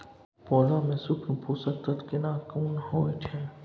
पौधा में सूक्ष्म पोषक तत्व केना कोन होय छै?